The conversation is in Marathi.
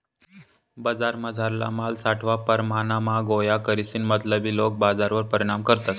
बजारमझारला माल सावठा परमाणमा गोया करीसन मतलबी लोके बजारवर परिणाम करतस